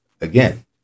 again